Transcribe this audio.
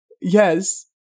Yes